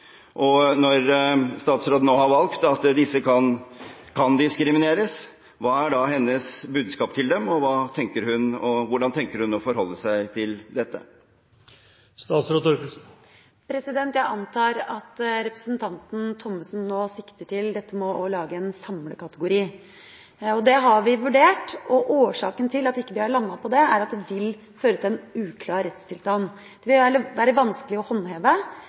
dem? Når statsråden nå har valgt at disse kan diskrimineres – hva er da hennes budskap til dem, og hvordan tenker hun å forholde seg til dette? Jeg antar at representanten Thommessen nå sikter til dette med å lage en samlekategori. Det har vi vurdert, og årsaken til at vi ikke er landet på det, er at det vil føre til en uklar rettstilstand. Det vil være vanskelig å håndheve,